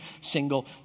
single